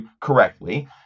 correctly